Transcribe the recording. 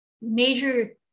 major